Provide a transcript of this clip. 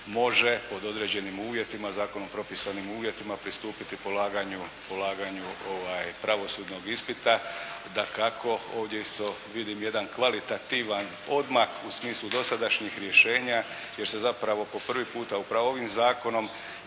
može pod određenim uvjetima, zakonom propisanim uvjetima pristupiti polaganju pravosudnog ispita. Dakako ovdje isto vidim jedan kvalitativan odmak u smislu dosadašnjih rješenja, jer se zapravo po prvi puta upravo ovim zakonom